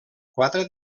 quatre